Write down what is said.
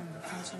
זה כל כך